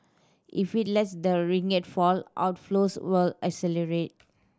if it lets the ringgit fall outflows will accelerate